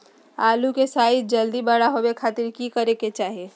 आलू के साइज जल्दी बड़ा होबे खातिर की करे के चाही?